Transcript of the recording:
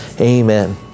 Amen